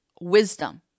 Wisdom